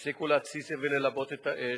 תפסיקו להתסיס וללבות את האש,